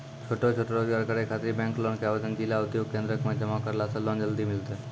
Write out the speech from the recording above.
छोटो छोटो रोजगार करै ख़ातिर बैंक लोन के आवेदन जिला उद्योग केन्द्रऽक मे जमा करला से लोन जल्दी मिलतै?